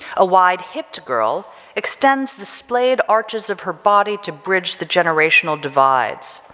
a wide-hipped girl extends the splayed arches of her body to bridge the generational divides,